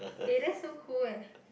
eh that's so cool eh